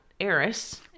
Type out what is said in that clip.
Eris